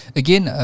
again